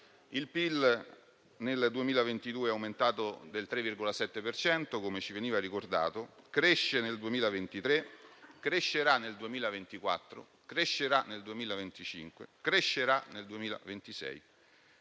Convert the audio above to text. Il PIL nel 2022 è aumentato del 3,7 per cento, come ci veniva ricordato; cresce nel 2023, crescerà nel 2024, crescerà nel 2025, crescerà nel 2026.